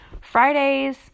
Fridays